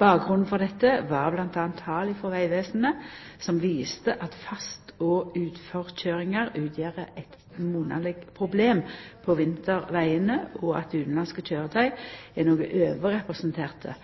Bakgrunnen for dette var bl.a. tal frå Vegvesenet som viste at fast- og utforkøyringar utgjer eit monaleg problem på vintervegane, og at utanlandske køyretøy er noko overrepresenterte